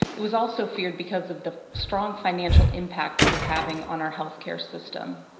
it was also feared because of the strong financial impact it was having on our healthcare system.